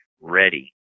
ready